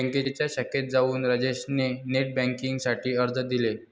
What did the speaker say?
बँकेच्या शाखेत जाऊन राजेश ने नेट बेन्किंग साठी अर्ज दिले